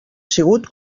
sigut